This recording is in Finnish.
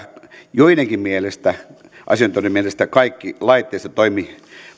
joidenkin asiantuntijoiden mielestä kaikki laitteisto toimi